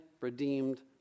redeemed